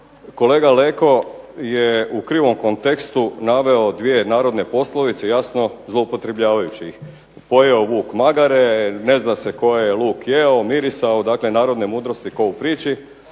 Kolega Leko je u krivom kontekstu naveo 2 narodne poslovice, jasno zloupotrebljavajući ih. Pojeo vuk magare, ne zna se tko je luk jeo, mirisao. Dakle, narodne mudrosti ko u priči,